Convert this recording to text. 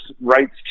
rights